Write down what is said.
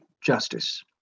Justice